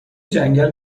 جنگل